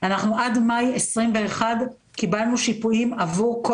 אנחנו עד מאי 2021 קיבלנו שיפויים עבור כל